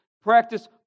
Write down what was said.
practice